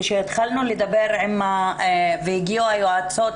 כשהגיעו היועצות,